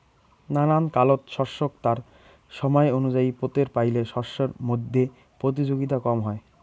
নানান কালত শস্যক তার সমায় অনুযায়ী পোতের পাইলে শস্যর মইধ্যে প্রতিযোগিতা কম হয়